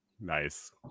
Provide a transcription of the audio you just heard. Nice